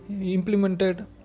implemented